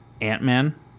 Ant-Man